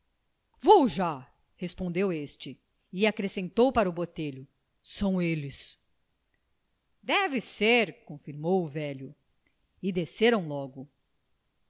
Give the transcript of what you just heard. vou já respondeu este e acrescentou para o botelho são eles deve ser confirmou o velho e desceram logo